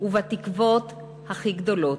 ובתקוות הכי גדולות,